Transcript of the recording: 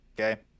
okay